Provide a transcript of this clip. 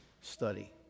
study